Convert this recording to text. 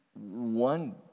one